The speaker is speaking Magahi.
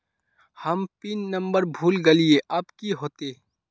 हम पिन नंबर भूल गलिऐ अब की होते?